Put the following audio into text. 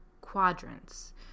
quadrants